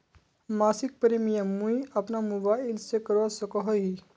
मासिक प्रीमियम मुई अपना मोबाईल से करवा सकोहो ही?